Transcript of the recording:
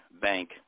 bank